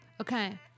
Okay